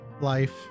life